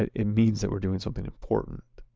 it it means that we're doing something important.